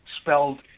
spelled